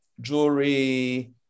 jewelry